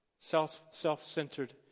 self-centered